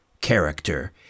character